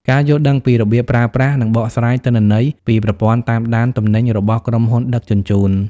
ការយល់ដឹងពីរបៀបប្រើប្រាស់ និងបកស្រាយទិន្នន័យពីប្រព័ន្ធតាមដានទំនិញរបស់ក្រុមហ៊ុនដឹកជញ្ជូន។